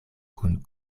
kun